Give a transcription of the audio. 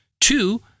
two